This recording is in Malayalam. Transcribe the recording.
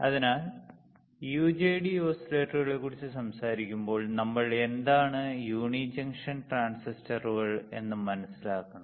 അതിനാൽ യുജെടി ഓസിലേറ്ററുകളെക്കുറിച്ച് സംസാരിക്കുമ്പോൾ നമ്മൾ എന്താണ് യൂണി ജംഗ്ഷൻ ട്രാൻസിസ്റ്ററുകൾ എന്ന് മനസ്സിലാക്കണം